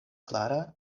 klara